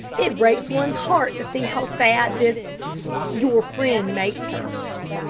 it breaks one's heart to see how sad this your friend makes her.